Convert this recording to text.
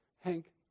Hank